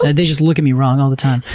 they just look at me wrong all the time.